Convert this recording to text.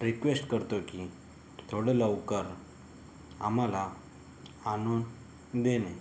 request करतोय तुम्ही थोडं लवकर आम्हाला आणून देणे